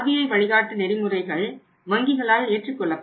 RBI வழிகாட்டு நெறிமுறைகள் வங்கிகளால் ஏற்றுக் கொள்ளப்படும்